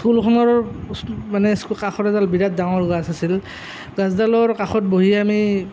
স্কুলখনৰ মানে কাষত এডাল বিৰাট ডাঙৰ এডাল গছ আছিল গছডালৰ কাষত বহি আমি